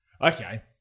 okay